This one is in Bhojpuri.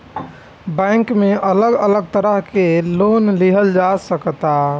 बैक में अलग अलग तरह के लोन लिहल जा सकता